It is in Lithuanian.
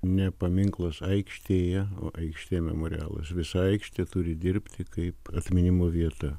ne paminklas aikštėje o aikštė memorialas visa aikštė turi dirbti kaip atminimo vieta